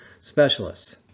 specialists